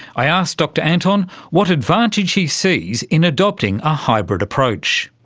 i asked dr anton what advantage he sees in adopting a hybrid approach.